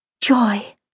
Joy